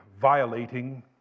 violating